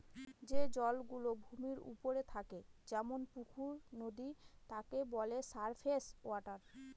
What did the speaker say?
যে জল গুলো ভূমির ওপরে থাকে যেমন পুকুর, নদী তাকে বলে সারফেস ওয়াটার